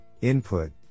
input